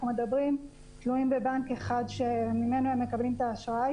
מדברים שוהים בבנק אחד שממנו הם מקבלים את העסקים.